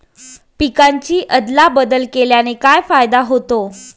पिकांची अदला बदल केल्याने काय फायदा होतो?